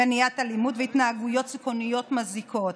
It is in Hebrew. מניעת אלימות והתנהגויות סיכוניות מזיקות.